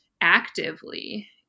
actively